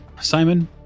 Simon